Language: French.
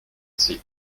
c’est